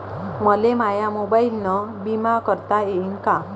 मले माया मोबाईलनं बिमा भरता येईन का?